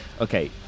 Okay